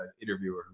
interviewer